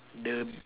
the